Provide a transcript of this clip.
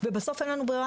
ובסוף אין לנו ברירה,